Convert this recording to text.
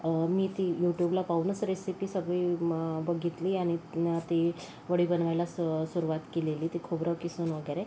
मी ती यूट्यूबला पाहूनच रेसिपी सगळी बघितली आणि ती वडी बनवायला सुरवात केलेली ते खोबरं किसून वगैरे